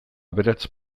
aberats